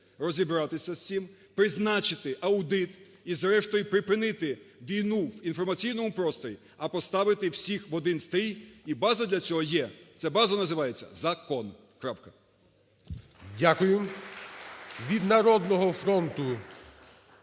розібратися з цим, призначити аудит і зрештою припинити війну в інформаційному просторі, а поставити всіх в один стрій. І база для цього є, ця база називається закон, крапка.